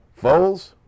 Foles